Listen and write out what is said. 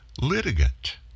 litigant